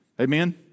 Amen